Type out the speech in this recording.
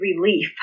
relief